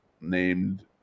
named